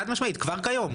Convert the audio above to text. חד-משמעית, כבר כיום.